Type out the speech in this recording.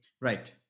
Right